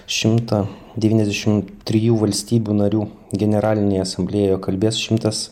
šimtą devyniasdešim trijų valstybių narių generalinėje asamblėjoje kalbės šimtas